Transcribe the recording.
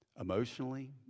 emotionally